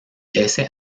ese